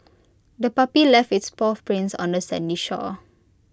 the puppy left its paw prints on the sandy shore